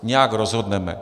Nějak rozhodneme.